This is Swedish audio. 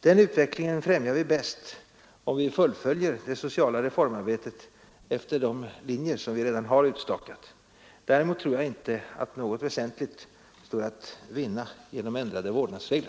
Den utvecklingen främjar vi bäst om vi fullföljer det sociala reformarbetet efter de linjer som vi redan har utstakat. Däremot tror jag inte att något väsentligt står att vinna genom ändrade vårdnadsregler.